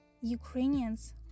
Ukrainians